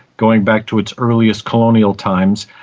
going back to its earliest colonial times,